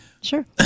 Sure